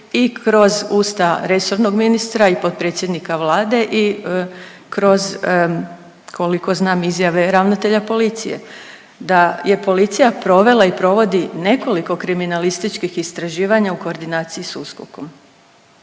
i kroz usta resornog ministra i potpredsjednika Vlade i kroz koliko znam ravnatelja policije, da je policija provela i provodi nekoliko kriminalističkih istraživanja u koordinaciji s USKOK-om.